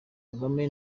kagame